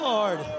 Lord